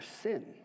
sin